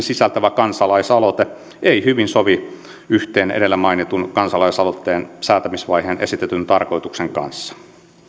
sisältävä kansalaisaloite ei hyvin sovi yhteen edellä mainitun kansalaisaloitteen säätämisvaiheessa esitetyn tarkoituksen kanssa